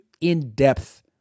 in-depth